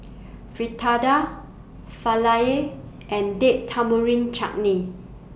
Fritada Falafel and Date Tamarind Chutney